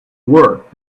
work